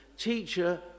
Teacher